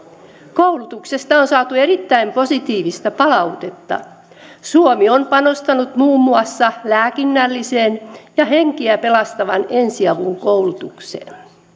koulutuksesta on saatu erittäin positiivista palautetta suomi on panostanut muun muassa lääkinnälliseen ja henkiä pelastavan ensiavun koulutukseen